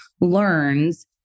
learns